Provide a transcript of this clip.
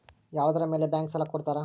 ಯಾವುದರ ಮೇಲೆ ಬ್ಯಾಂಕ್ ಸಾಲ ಕೊಡ್ತಾರ?